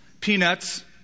peanuts